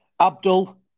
Abdul